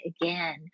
again